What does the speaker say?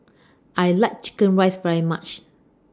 I like Chicken Rice very much